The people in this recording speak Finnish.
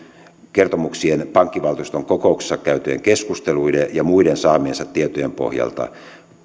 kertomuksien pankkivaltuuston kokouksissa käytyjen keskusteluiden ja muiden saamiensa tietojen pohjalta